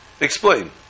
explain